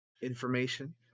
information